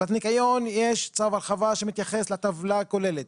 בניקיון יש צו הרחבה שמתייחס לטבלה הכוללת.